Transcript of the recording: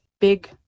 big